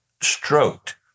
stroked